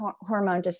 hormone